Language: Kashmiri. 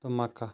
تہٕ مَکہ